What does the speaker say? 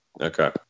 Okay